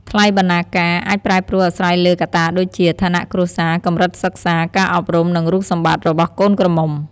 ថ្លៃបណ្ណាការអាចប្រែប្រួលអាស្រ័យលើកត្តាដូចជា ឋានៈគ្រួសារ កម្រិតសិក្សា ការអប់រុំ និងរូបសម្បត្តិរបស់កូនក្រមុំ។